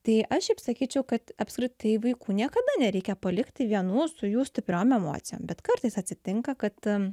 tai aš šiaip sakyčiau kad apskritai vaikų niekada nereikia palikti vienų su jų stipriom emocijom bet kartais atsitinka kad